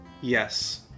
Yes